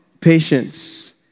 Patience